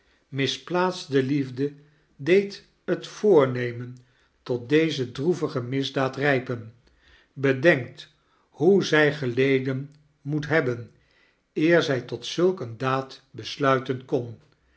isplaatste liefde deed het voornemen tot deze droevige misdaad rijpen bedenkt hoe zij geleden moet hebben eer zij tot zulk eene daad besluiten kon